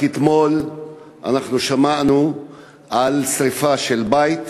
רק אתמול אנחנו שמענו על שרפה של בית